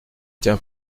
tiens